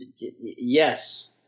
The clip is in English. Yes